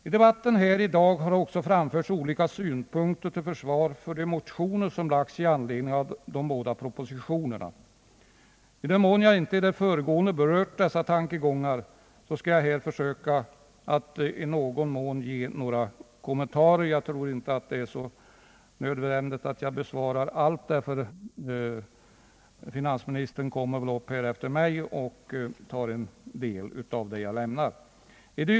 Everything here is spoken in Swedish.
I debatten här i dag har också framförts olika synpunkter till försvar för de motioner som väckts i anledning av de båda propositionerna. I den mån jag inte i det föregående berört dessa tankegångar skall jag här försöka att i någon mån ge några kommentarer. Jag tror inte att det är nödvändigt att jag besvarar allt, ty finansministern kommer väl att tala här i kammaren efter mig och därvid ta över en del.